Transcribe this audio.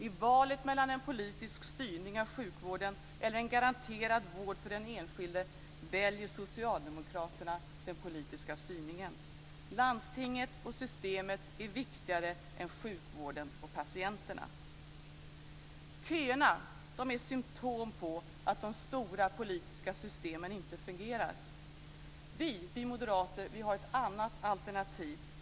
I valet mellan en politisk styrning av sjukvården och en garanterad vård för den enskilde väljer socialdemokraterna den politiska styrningen. Landstinget och systemet är viktigare än sjukvården och patienterna. Köerna är symtom på att de stora politiska systemen inte fungerar. Vi moderater har ett annat alternativ.